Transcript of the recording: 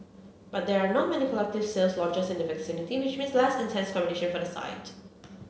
but there are not many collective sale launches in the vicinity which means less intense competition for the site